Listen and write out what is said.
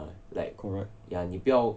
correct